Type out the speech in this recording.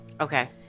Okay